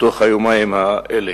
בתוך היומיים האלה.